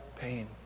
pain